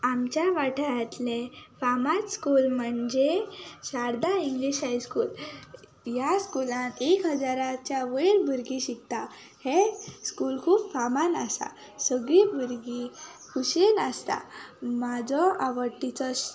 आमच्या वाठारातले फामाद स्कूल म्हणजे शारदा इंग्लीश हायस्कूल ह्या स्कुलान एक हजाराच्या वयर भुरगीं शिकता हें स्कूल खूब फामान आसा सगळीं भुरगीं खुशीन आसता म्हाजो आवडीचो श